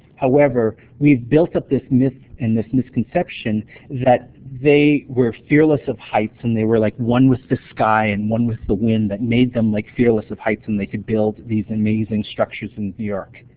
however, we've built up this myth and this misconception that they were fearless of heights and they were like one with the sky and one with the wind that made them like fearless of heights and they could build these amazing structures in new york.